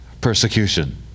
persecution